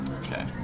Okay